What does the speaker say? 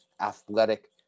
athletic